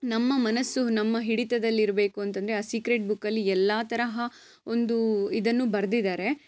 ನಮ್ಮ ಮನಸ್ಸು ನಮ್ಮ ಹಿಡಿತದಲ್ಲಿ ಇರಬೇಕು ಅಂತ ಅಂದ್ರೆ ಆ ಸೀಕ್ರೆಟ್ ಬುಕ್ಕಲ್ಲಿ ಎಲ್ಲ ತರಹ ಒಂದೂ ಇದನ್ನು ಬರ್ದೆದ್ದಾರೆ